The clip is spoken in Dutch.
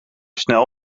snel